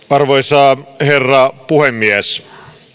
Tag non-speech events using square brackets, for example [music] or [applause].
[unintelligible] arvoisa herra puhemies